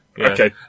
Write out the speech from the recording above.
Okay